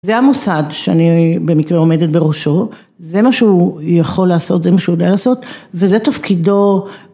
זה המוסד שאני במקרה עומדת בראשו זה מה שהוא יכול לעשות זה מה שהוא יודע לעשות וזה תפקידו